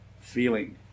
feeling